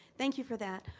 thank you for that.